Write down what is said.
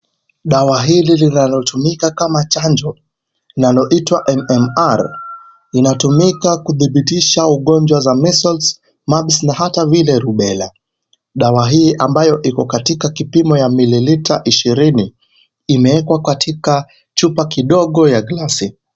Dawa hizi zinazotumika kama chanjo inayoitwa MMR inatumika kudhibitisha ugonjwa za measles, mumps na hata vile rubela . Dawa hii ambayo iko katika kipimo ya mililita ishirini imewekwa katika chupa kidogo ya glasi.